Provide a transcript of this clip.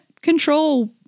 control